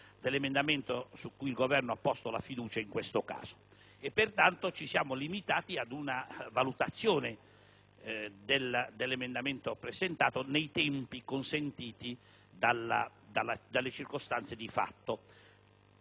dell'emendamento su cui il Governo ha posto la fiducia. Pertanto, ci siamo limitati ad una valutazione dell'emendamento 1.1000, presentato nei tempi consentiti dalle circostanze di fatto.